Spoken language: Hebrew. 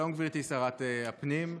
שלום, גברתי שרת הפנים.